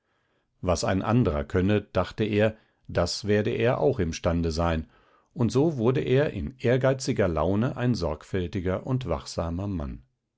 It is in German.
was ein anderer könne dachte er das werde er auch imstande sein und so wurde er in ehrgeiziger laune ein sorgfältiger und wachsamer mann